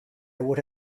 would